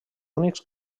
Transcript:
únics